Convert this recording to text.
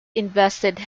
invested